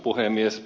puhemies